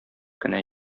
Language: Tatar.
кенә